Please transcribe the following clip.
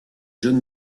john